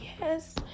yes